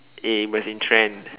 it was in trend